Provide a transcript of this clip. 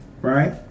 right